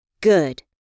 Good